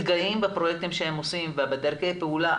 שמתגאים בפרויקטים שהם עושים ובדרכי הפעולה.